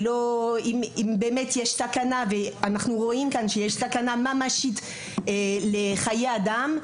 אם יש סכנה ממשית לחיי אדם,